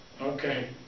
Okay